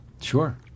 Sure